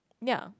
ya